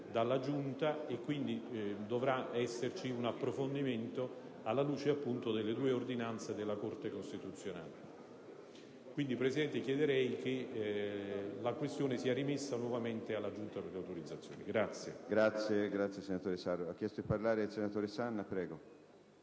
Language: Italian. dalla Giunta e quindi dovrà esserci un approfondimento alla luce appunto delle due ordinanze della Corte costituzionale. Pertanto, Presidente, chiederei che la questione sia rimessa nuovamente alla Giunta delle elezioni e